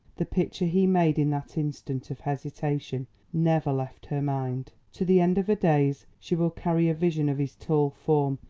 the picture he made in that instant of hesitation never left her mind. to the end of her days she will carry a vision of his tall form,